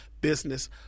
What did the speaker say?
business